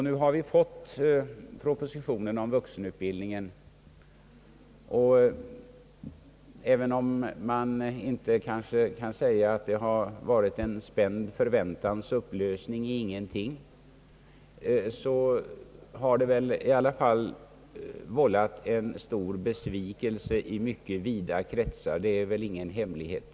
Nu har vi fått propositionen om vuxenutbildningen. Även om man kanske inte kan säga att det har blivit en spänd förväntans upplösning i ingenting har den väl i alla fall vållat en stor besvikelse i mycket vida kretsar; det är väl ingen hemlighet.